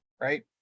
right